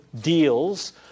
deals